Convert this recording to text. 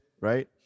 right